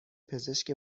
پزشک